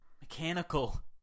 mechanical